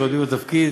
קודמי בתפקיד,